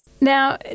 Now